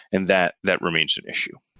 and that that remains an issue.